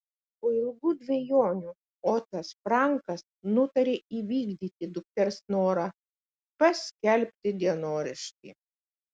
po ilgų dvejonių otas frankas nutarė įvykdyti dukters norą paskelbti dienoraštį